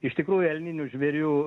iš tikrųjų elninių žvėrių